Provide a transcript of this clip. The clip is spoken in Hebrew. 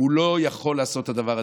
אם הוא לא יכול לעשות את הדבר הזה,